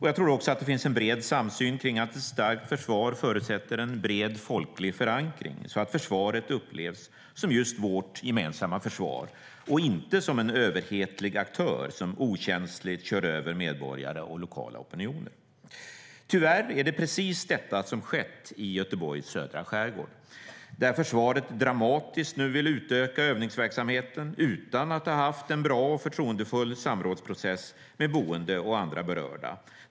Jag tror att det också finns en bred samsyn kring att ett starkt försvar förutsätter en bred folklig förankring så att försvaret upplevs som just vårt gemensamma försvar och inte som en överhetlig aktör som okänsligt kör över medborgare och lokala opinioner. Tyvärr är det precis detta som skett i Göteborgs södra skärgård, där försvaret dramatiskt vill utöka övningsverksamheten utan att ha haft en bra och förtroendefull samrådsprocess med boende och andra berörda.